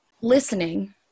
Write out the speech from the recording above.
listening